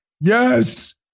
yes